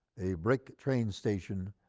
a brick train station,